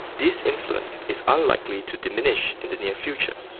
this influence is unlikely to diminish in the near future.